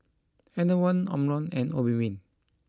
Enervon Omron and Obimin